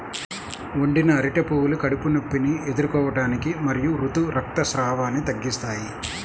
వండిన అరటి పువ్వులు కడుపు నొప్పిని ఎదుర్కోవటానికి మరియు ఋతు రక్తస్రావాన్ని తగ్గిస్తాయి